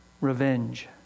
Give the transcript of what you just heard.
Revenge